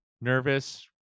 nervous